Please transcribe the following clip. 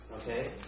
okay